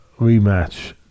rematch